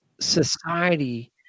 society